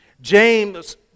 James